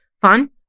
Fun